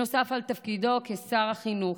נוסף על תפקידו כשר החינוך,